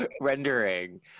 rendering